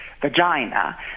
Vagina